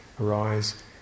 arise